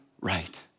right